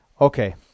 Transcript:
okay